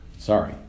Sorry